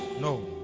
no